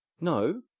No